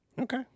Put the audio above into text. Okay